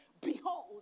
behold